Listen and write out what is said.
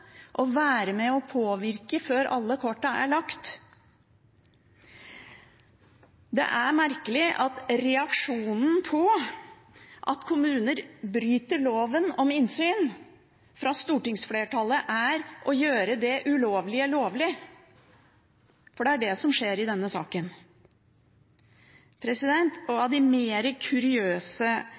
og være med å påvirke før alle kortene er lagt. Det er merkelig at reaksjonen fra stortingsflertallet på at kommuner bryter loven om innsyn, er å gjøre det ulovlige lovlig, for det er det som skjer i denne saken. Av de mer kuriøse